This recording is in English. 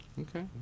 Okay